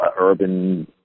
urban